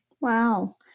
Wow